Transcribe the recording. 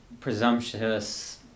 presumptuous